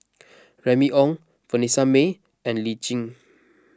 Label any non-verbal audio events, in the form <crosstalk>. <noise> Remy Ong Vanessa Mae and Lee Tjin